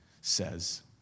says